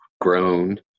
grown